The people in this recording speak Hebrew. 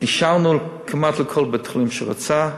אישרנו כמעט לכל בית-חולים שרצה,